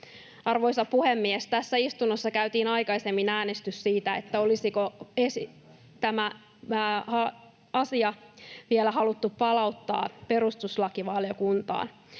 Arvoisa puhemies! Tässä istunnossa käytiin aikaisemmin äänestys siitä, olisiko tämä asia vielä haluttu palauttaa perustuslakivaliokuntaan,